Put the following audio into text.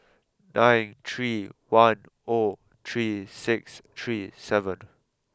nine three one oh three six three seven